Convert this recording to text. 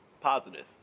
Positive